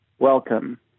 Welcome